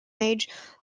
age